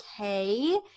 okay